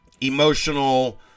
emotional